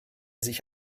sich